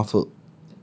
later it will be muffled